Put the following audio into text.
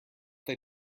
they